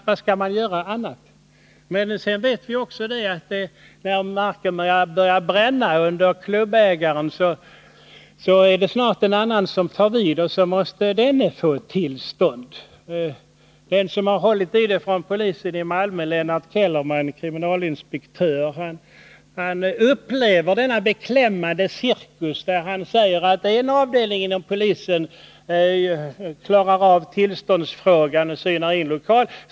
Vad skall man annars göra? Sedan vet vi också att när marken börjar bränna under en klubbägares fötter, så är det snart en ny som tar vid. Då måste denne få tillstånd. Kriminalinspektör Lennart Kellerman är den hos polisen i Malmö som har hållit i det här projektet. Han upplever denna beklämmande cirkus. Han säger att en avdelning inom polisen klarar av tillståndsfrågan och synar lokalen i fråga.